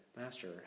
master